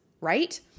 right